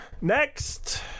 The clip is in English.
Next